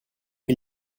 che